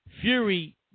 Fury